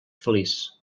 feliç